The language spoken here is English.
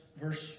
verse